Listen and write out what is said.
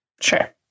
Sure